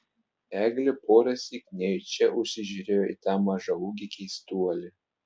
eglė porąsyk nejučia užsižiūrėjo į tą mažaūgį keistuolį